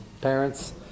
parents